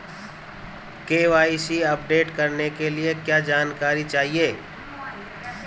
KYC update करने के लिए क्या जानकारी चाहिए?